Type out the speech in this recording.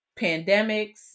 pandemics